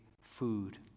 food